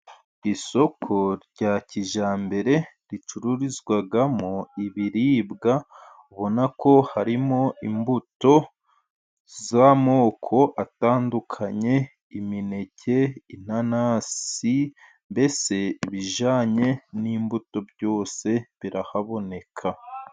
Isoko rya kijyambere ricururizwamo ibiribwa ubona ko harimo imbuto z'amoko atandukanye imineke, inanasi mbese ibijyanye n'imbuto byose birahaboneka.